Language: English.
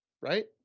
right